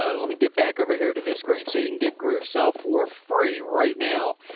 ah let me get back over here to this screen so you can get groove sell for free right now,